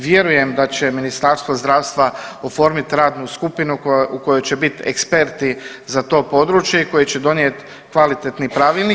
Vjerujem da će Ministarstvo zdravstva oformit radnu skupinu u kojoj će biti eksperti za to područje i koji će donijeti kvalitetni pravilnik.